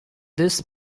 this